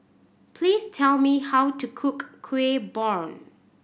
please tell me how to cook Kueh Bom